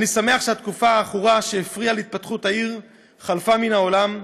אני שמח שהתקופה העכורה שהפריעה להתפתחות העיר חלפה מן העולם.